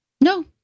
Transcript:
No